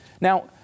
now